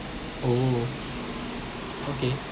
oh okay